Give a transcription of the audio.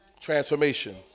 transformation